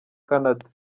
canada